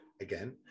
again